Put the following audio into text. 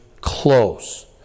close